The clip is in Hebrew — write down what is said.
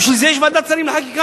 בשביל זה יש ועדת שרים לחקיקה.